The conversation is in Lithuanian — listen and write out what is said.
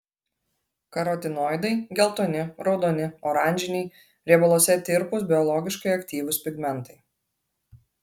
karotinoidai geltoni raudoni oranžiniai riebaluose tirpūs biologiškai aktyvūs pigmentai